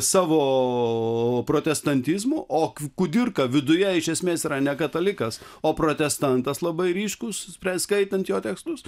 savo protestantizmo o kai kudirka viduje iš esmės yra ne katalikas o protestantas labai ryškūs spręs skaitant jo tekstus